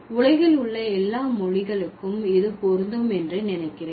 உலகில் உள்ள எல்லா மொழிகளுக்கும் இது பொருந்தும் என்று நினைக்கிறேன்